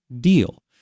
deal